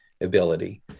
ability